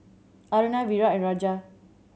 Aruna Virat and Raja